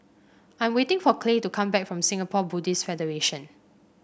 I'm waiting for Clay to come back from Singapore Buddhist Federation